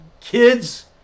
kids